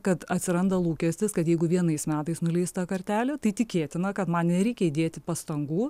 kad atsiranda lūkestis kad jeigu vienais metais nuleista kartelė tai tikėtina kad man nereikia įdėti pastangų